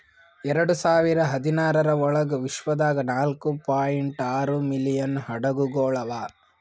ಎರಡು ಸಾವಿರ ಹದಿನಾರರ ಒಳಗ್ ವಿಶ್ವದಾಗ್ ನಾಲ್ಕೂ ಪಾಯಿಂಟ್ ಆರೂ ಮಿಲಿಯನ್ ಹಡಗುಗೊಳ್ ಅವಾ